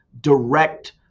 direct